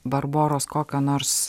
barboros kokio nors